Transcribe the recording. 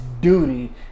duty